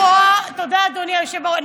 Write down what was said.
מירב בן ארי (יש עתיד): תודה, אדוני היושב-ראש.